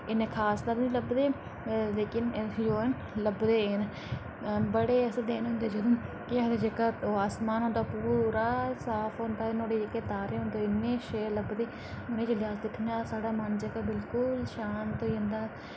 इन्ने खास तां नि लभदे लेकिन इत्थै जो ऐ लभदा ए न बड़े ऐसे दिन होन्दे जदूं के आखदे जेह्का ओह् आसमान होंदा पूरा साफ होंदा ते नुआढ़े जेह्के तारे होंदे ओह् इन्ने शैल लभदे उ'नें जिल्लै अस दिक्खने आं साढ़ा मन जेह्का बिल्कुल शांत होई जंदा